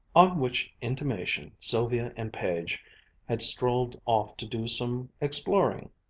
on which intimation sylvia and page had strolled off to do some exploring.